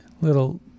little